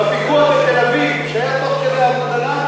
בפיגוע בתל-אביב גם הייתה מעורבות.